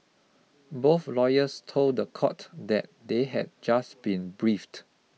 both lawyers told the court that they had just been briefed